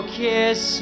kiss